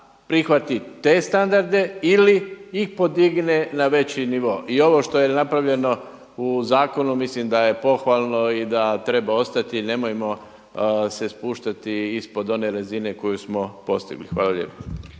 prihvati te standarde ili ih podigne na veći nivo. I ovo što je napravljeno u zakonu mislim da je pohvalno i da treba ostati, nemojmo se spuštati ispod one razine koju smo postigli. Hvala lijepo.